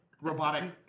robotic